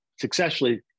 successfully